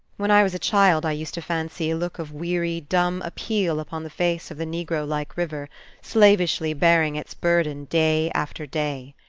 when i was a child, i used to fancy a look of weary, dumb appeal upon the face of the negro-like river slavishly bearing its burden day after day.